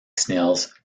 snails